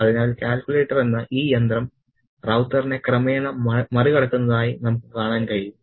അതിനാൽ കാൽക്കുലേറ്റർ എന്ന ഈ യന്ത്രം റൌത്തറിനെ ക്രമേണ മറികടക്കുന്നതായി നമുക്ക് കാണാൻ കഴിയും